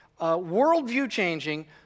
worldview-changing